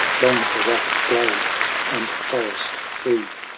long for rough glades and forest free.